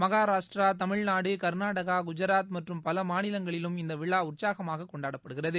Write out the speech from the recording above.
மகாராஷ்டிரா தமிழ்நாடு கர்நாடாகா குஜராத் மற்றும் பல மாநிலங்களிலும் இந்த விழர் உற்சாகமாக கொண்டாடப்படுகிறது